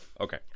Okay